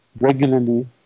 regularly